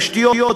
תשתיות,